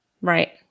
Right